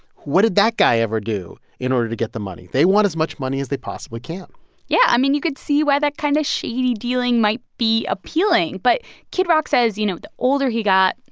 what did that guy ever do in order to get the money? they want as much money as they possibly can yeah. i mean, you could see where that kind of shady dealing might be appealing. but kid rock says, you know, the older he got,